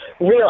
real